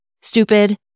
stupid